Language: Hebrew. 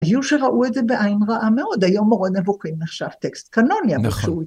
היו שראו את זה בעין רעה מאוד, היום מורה נבוכים נחשב טקסט, קנוניה....